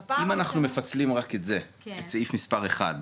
--- אם אנחנו מפצלים רק את זה, את סעיף מספר 1,